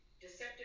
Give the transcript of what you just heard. Deceptive